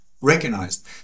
recognized